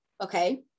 okay